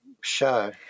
show